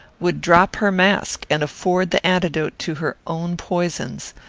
would drop her mask, and afford the antidote to her own poisons,